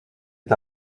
est